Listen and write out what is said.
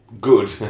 good